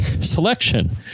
selection